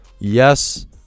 Yes